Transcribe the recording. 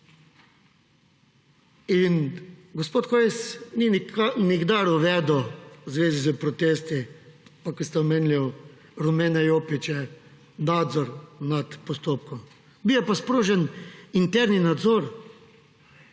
Gospod Hojs ni nikdar uvedel v zvezi s protesti, pa ko ste omenili rumene jopiče, nadzor nad postopkom. Bil je pa sprožen interni nadzor,